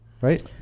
right